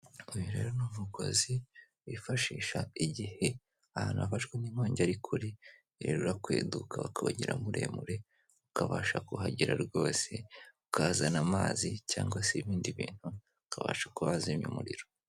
Uyu rero ni umugozi wifashisha igihe ahantu hafashwe n'inkongi ari kure rero urakweduka bakawugira muremure ukabasha kuhagera rwose ukazana amazi cyangwa se ibindi bintu ukabasha kuba wazimya umuriro.